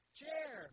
chair